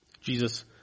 Jesus